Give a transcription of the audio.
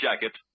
jacket